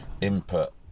Input